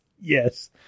Yes